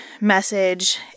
message